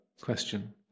question